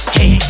Hey